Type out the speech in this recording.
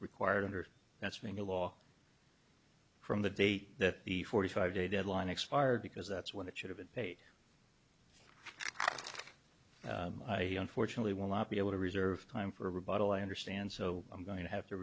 required under that's being a law from the date that the forty five day deadline expired because that's when it should have been pay thank you unfortunately will not be able to reserve time for rebuttal i understand so i'm going to have to